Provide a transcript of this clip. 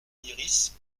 lyrisse